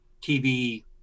TV